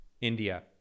India